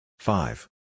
Five